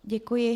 Děkuji.